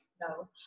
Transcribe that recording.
no